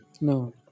No